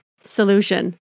solution